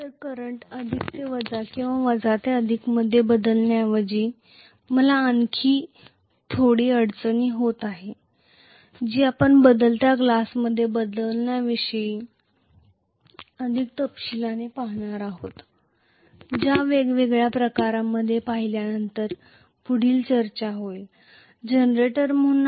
तर करंट अधिक ते वजा किंवा वजा ते अधिक मध्ये बदलण्याऐवजी मला आणखी थोडी अडचण होत आहे जी आपण मॅग्निफायिंग ग्लास बदलण्याविषयी अधिक तपशीलाने पाहणार आहोत जनरेटर म्हणून वेगवेगळ्या प्रकारांकडे पाहिल्यानंतर पुढील चर्चा होईल